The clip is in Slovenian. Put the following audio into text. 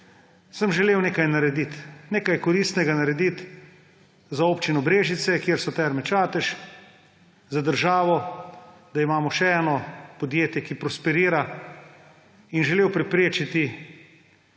sem želel nekaj narediti, nekaj koristnega narediti za občino Brežice, kjer so Terme Čatež, za državo, da imamo še eno podjetje, ki prosperira, in želel preprečiti svojemu